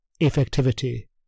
effectivity